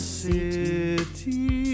city